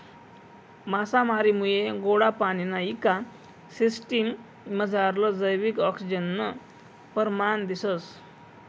मासामारीमुये गोडा पाणीना इको सिसटिम मझारलं जैविक आक्सिजननं परमाण दिसंस